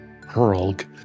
Hurlg